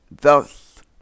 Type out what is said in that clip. Thus